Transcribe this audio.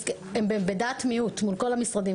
הם בדעת מיעוט מול כל המשרדים.